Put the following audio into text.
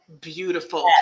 beautiful